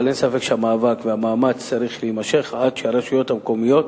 אבל אין ספק שהמאבק והמאמץ צריכים להימשך עד שהרשויות המקומיות,